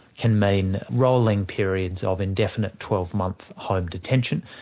can mean rolling periods of indefinite twelve month home detention,